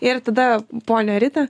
ir tada ponia rita